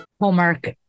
Homework